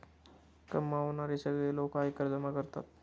कमावणारे सगळे लोक आयकर जमा करतात